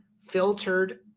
filtered